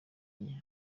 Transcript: nke